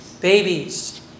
Babies